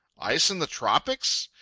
ice in the tropics!